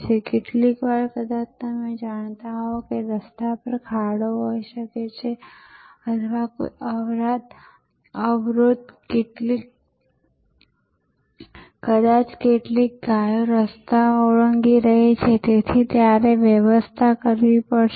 કારણ એ છે કે આજે એરપોર્ટ માત્ર ઉડાન સંબંધિત સેવાઓનું નેટવર્ક નથીતેનો અર્થ એ છે કે જ્યાં સંખ્યાબંધ હવાઈજહાજનુ ઉતરાણ થાય છે હકીકતમાં 100 અને 1000 ઉતરાણ અને ઉતાર દિવસભર થાય છે